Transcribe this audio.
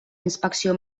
inspecció